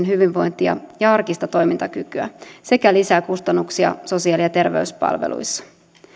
hyvinvointia ja arkista toimintakykyä sekä lisää kustannuksia sosiaali ja terveyspalveluissa